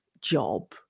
job